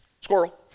Squirrel